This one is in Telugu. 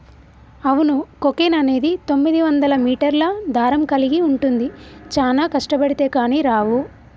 అవును కోకెన్ అనేది తొమ్మిదివందల మీటర్ల దారం కలిగి ఉంటుంది చానా కష్టబడితే కానీ రావు